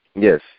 Yes